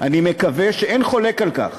אני מקווה שאין חולק על כך